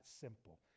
simple